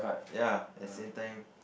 ya at same time